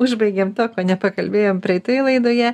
užbaigėm to ko nepakalbėjom praeitoje laidoje